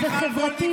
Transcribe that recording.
נגד ולדימיר בליאק,